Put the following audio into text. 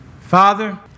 Father